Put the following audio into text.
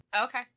Okay